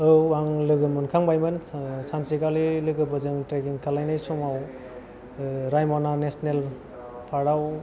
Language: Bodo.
औ आं लोगो मोनखांबायमोन सानसेखालि लोगोफोरजों ट्रेकिं खालामनाय समाव रायमना नेशनेल पार्क आव